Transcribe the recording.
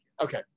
Okay